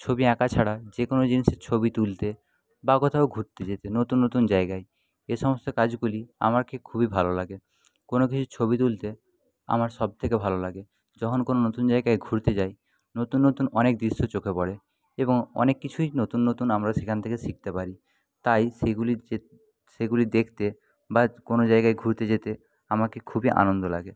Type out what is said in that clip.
ছবি আঁকা ছাড়া যে কোনো জিনিসের ছবি তুলতে বা কোথাও ঘুরতে যেতে নতুন নতুন জায়গায় এ সমস্ত কাজগুলি আমাকে খুবই ভালো লাগে কোনো কিছুর ছবি তুলতে আমার সব থেকে ভালো লাগে যখন কোনো নতুন জায়গায় ঘুরতে যাই নতুন নতুন অনেক দৃশ্য চোখে পড়ে এবং অনেক কিছুই নতুন নতুন আমরা সেখান থেকে শিখতে পারি তাই সেগুলি সেগুলি দেখতে বা কোনো জায়গায় ঘুরতে যেতে আমাকে খুবই আনন্দ লাগে